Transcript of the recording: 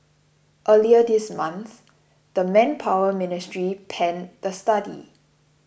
earlier this month the Manpower Ministry panned the study